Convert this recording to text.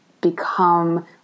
become